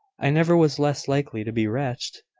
i never was less likely to be wretched.